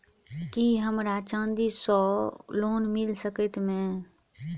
की हमरा चांदी सअ लोन मिल सकैत मे?